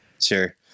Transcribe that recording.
Sure